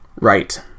right